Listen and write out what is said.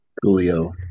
Julio